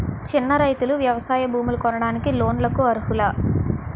చిన్న రైతులు వ్యవసాయ భూములు కొనడానికి లోన్ లకు అర్హులా?